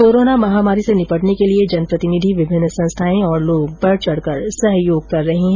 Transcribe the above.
corona महामारी से निपटने के लिए जनप्रतिनिधि विभिन्न संस्थाएं और लोग बढ चढकर सहयोग कर रहे है